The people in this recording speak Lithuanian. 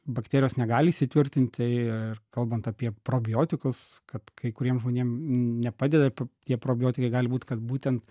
bakterijos negali įsitvirtinti ir kalbant apie probiotikus kad kai kuriem žmonėm nepadeda p tie probiotikai gali būt kad būtent